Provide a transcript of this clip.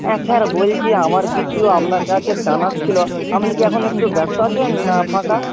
হ্যাঁ স্যার বলছি আমার কিছু আপনার কাছে জানার ছিলো আপনি কি এখন একটু ব্যস্ত আছেন না ফাঁকা